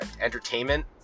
entertainment